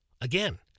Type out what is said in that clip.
again